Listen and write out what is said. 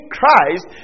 Christ